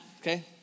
Okay